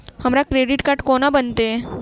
हमरा credit card कोना बनतै?